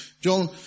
John